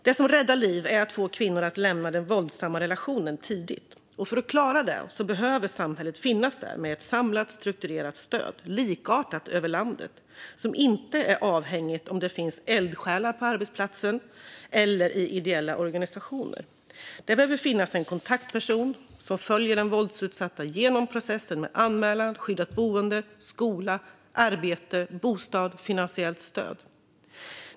Det som räddar liv är att få kvinnor att lämna den våldsamma relationen tidigt. För att klara det behöver samhället finnas där med ett samlat, strukturerat stöd, likartat över landet, som inte är avhängigt om det finns eldsjälar på arbetsplatsen eller i ideella organisationer. Det behöver finnas en kontaktperson som följer den våldsutsatta genom processen med anmälan, skyddat boende, skola, arbete, bostad och finansiellt stöd.